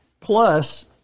Plus